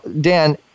Dan –